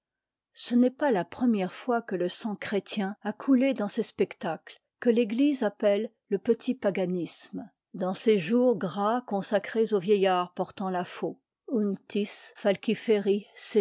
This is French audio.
ce n'est pas la première fois que le sang chrétien a coulé dans ces spectacles que l'eglise appelle le petit paganisme dans unciisfaicifcri senin ces jours gras consacrés au vieillard por diebus martul tant la faux